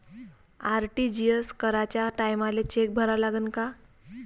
RTGS कराच्या टायमाले cheque भरा लागन का?